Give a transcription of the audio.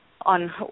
on